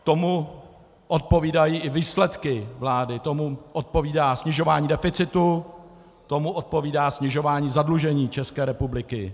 Tomu odpovídají i výsledky vlády, tomu odpovídá snižování deficitu, tomu odpovídá snižování zadlužení České republiky.